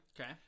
Okay